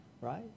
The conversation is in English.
right